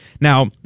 Now